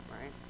right